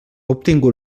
obtingut